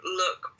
look